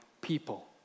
people